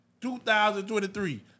2023